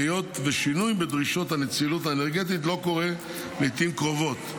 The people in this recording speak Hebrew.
היות ששינוי בדרישות הנצילות האנרגטית לא קורה לעיתים קרובות.